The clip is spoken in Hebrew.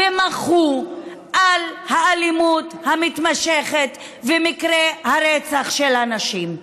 ומחו על האלימות המתמשכת ומקרי הרצח של הנשים.